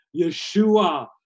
Yeshua